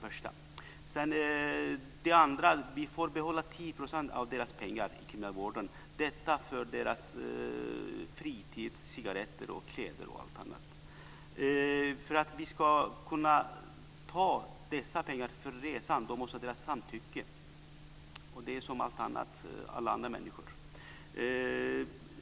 För det andra får vi behålla 10 % av deras pengar i kriminalvården för deras fritid - kläder, cigaretter osv. För att vi ska kunna ta dessa pengar till resan måste vi ha deras samtycke. Det är som med alla andra människor.